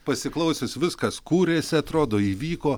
pasiklausius viskas kūrėsi atrodo įvyko